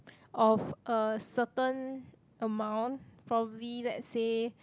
of a certain amount probably let's say